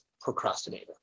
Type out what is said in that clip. procrastinator